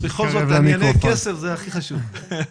ענייני כסף זה הכי חשוב.